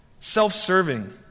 self-serving